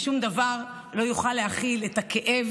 ושום דבר לא יוכל להכיל את הכאב